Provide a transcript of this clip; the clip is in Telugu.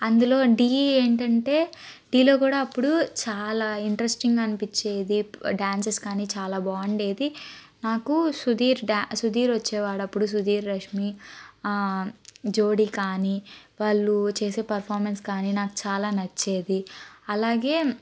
అందులో ఢీ ఏంటంటే ఢీలో కూడా అప్పుడు చాలా ఇంట్రెస్టింగ్ అనిపించేది డ్యాన్సస్ కానీ చాలా బాగుండేది నాకు సుధీర్ డా సుధీర్ వచ్చేవాడు అప్పుడు సుధీర్ రష్మీ జోడి కానీ వాళ్ళు చేసే పెర్ఫార్మెన్స్ కానీ నాకు చాలా నచ్చేది అలాగే